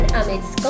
amidst